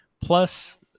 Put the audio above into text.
plus –